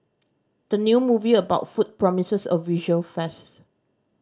the new movie about food promises a visual feast